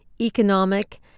economic